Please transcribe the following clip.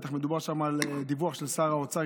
בטח מדובר שם על דיווח של שר האוצר,